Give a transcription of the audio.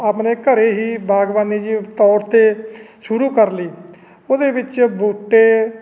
ਆਪਣੇ ਘਰੇ ਹੀ ਬਾਗਬਾਨੀ ਜੀ ਤੌਰ 'ਤੇ ਸ਼ੁਰੂ ਕਰ ਲਈ ਉਹਦੇ ਵਿੱਚ ਬੂਟੇ